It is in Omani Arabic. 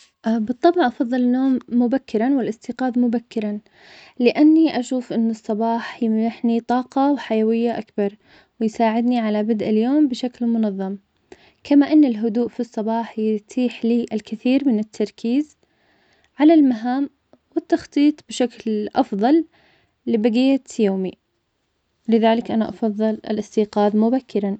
بالطبع أفضل النوم مبكراً, والإستيقاظ مبكراً, لأني أشوف إن الصباح يمنحني طاقة وحيوية أكثر, ويساعدني على بدء اليوم بشكل منظم, كما أن الهدوء في الصباح يتيح لي الكثير من التركيز على المهام, والتخطيط بشكل أفضل لبقية يومي, لذلك أنا أفضل الإستيقاظ مبكراً.